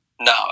No